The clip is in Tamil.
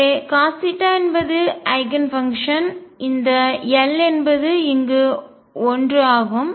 எனவே காஸ் என்பது ஐகன்ஃபங்க்ஷன் இந்த l என்பது இங்கு 1 ஆகும்